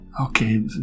Okay